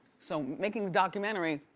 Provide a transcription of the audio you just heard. so making the documentary